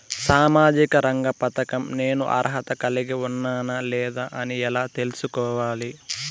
సామాజిక రంగ పథకం నేను అర్హత కలిగి ఉన్నానా లేదా అని ఎలా తెల్సుకోవాలి?